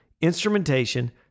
instrumentation